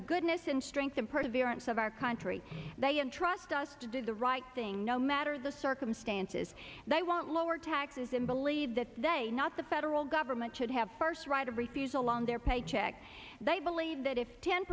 goodness and strength and perseverance of our country they trust us to do the right thing no matter the circumstances they want lower taxes and believe that they not the federal government should have first right of refusal on their paycheck and they believe that if ten